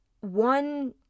one